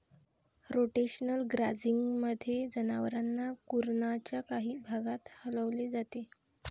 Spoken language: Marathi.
रोटेशनल ग्राझिंगमध्ये, जनावरांना कुरणाच्या काही भागात हलवले जाते